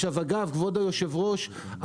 כבוד היושב-ראש,